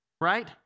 right